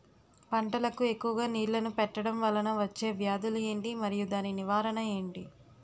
పంటలకు ఎక్కువుగా నీళ్లను పెట్టడం వలన వచ్చే వ్యాధులు ఏంటి? మరియు దాని నివారణ ఏంటి?